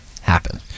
happen